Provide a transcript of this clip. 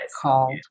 called